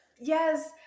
Yes